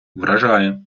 вражає